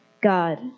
God